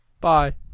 Bye